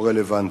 או רלוונטיות.